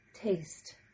taste